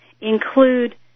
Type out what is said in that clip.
include